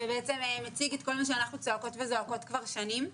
שבצעם מציג את כל מה שאנחנו צועקות וזועקות כבר שנים.